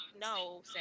no